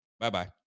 Bye-bye